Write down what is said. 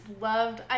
loved